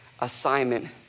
assignment